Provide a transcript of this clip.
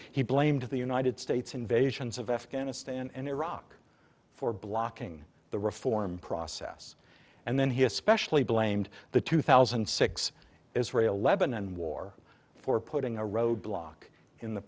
he blamed the united states invasions of afghanistan and iraq for blocking the reform process and then he especially blamed the two thousand and six israel lebanon war for putting a roadblock in the